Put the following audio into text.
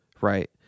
right